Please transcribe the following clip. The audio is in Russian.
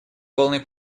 полной